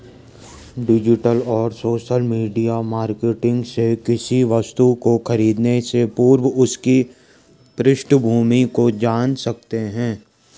digital और social media marketing से किसी वस्तु को खरीदने से पूर्व उसकी पृष्ठभूमि को जान सकते है